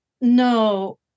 No